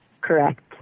Correct